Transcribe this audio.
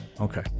Okay